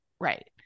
Right